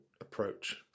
approach